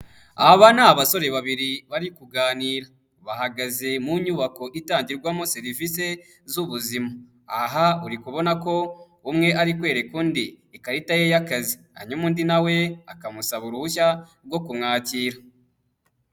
Aba ni abasore babiri bari kuganira, bahagaze mu nyubako itangirwamo serivisi z'ubuzima, aha uri kubona ko umwe ari kwereka undi ikarita ye y'akazi hanyuma undi na we akamusaba uruhushya rwo kumwakira.